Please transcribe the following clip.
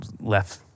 left